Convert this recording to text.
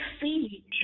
see